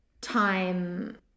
time